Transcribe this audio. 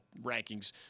rankings